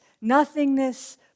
nothingness